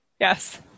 Yes